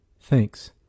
thanks